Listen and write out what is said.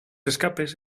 escapes